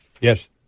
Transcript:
Yes